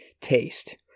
taste